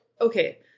okay